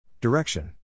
Direction